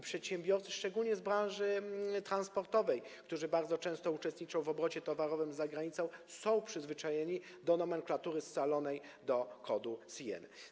Przedsiębiorcy, szczególnie z branży transportowej, którzy bardzo często uczestniczą w obrocie towarowym za granicą, są przyzwyczajeni to nomenklatury scalonej, do kodów CN.